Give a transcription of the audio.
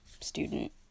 student